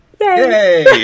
Yay